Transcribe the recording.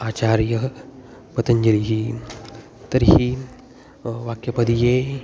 आचार्यः पतञ्जलिः तर्हि वाक्यपदीये